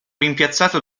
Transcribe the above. rimpiazzato